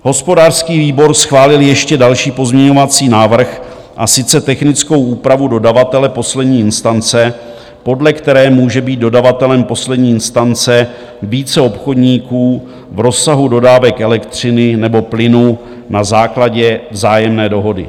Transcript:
Hospodářský výbor schválil ještě další pozměňovací návrh, a sice technickou úpravu dodavatele poslední instance, podle které může být dodavatelem poslední instance více obchodníků v rozsahu dodávek elektřiny nebo plynu na základě vzájemné dohody.